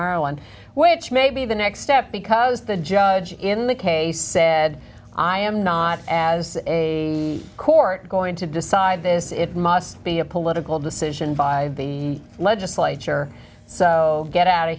one which may be the next step because the judge in the case said i am not as a court going to decide this it must be a political decision by the legislature so d get out